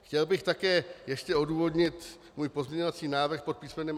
Chtěl bych také ještě odůvodnit svůj pozměňovací návrh pod písm.